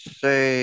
say